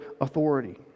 authority